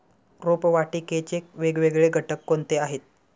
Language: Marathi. रोपवाटिकेचे वेगवेगळे घटक कोणते आहेत?